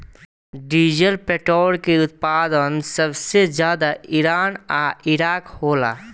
diesel petrol के उत्पादन सबसे ज्यादा ईरान आ इराक होला